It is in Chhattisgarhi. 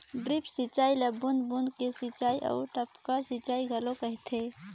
ड्रिप सिंचई ल बूंद बूंद के सिंचई आऊ टपक सिंचई घलो कहथे